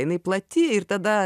inai plati ir tada